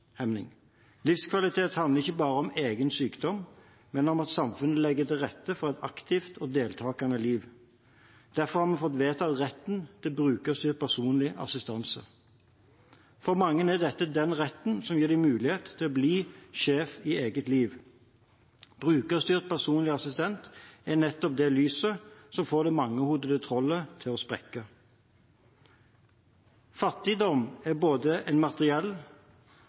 Livskvalitet handler ikke bare om egen sykdom, men også om at samfunnet legger til rette for et aktivt og deltakende liv. Derfor har vi fått vedtatt retten til brukerstyrt personlig assistanse. For mange er dette den retten som gir dem mulighet til å bli sjef i eget liv. BPA er nettopp det lyset som får det mangehodede trollet til å sprekke. Fattigdommen er både materiell og en